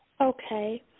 Okay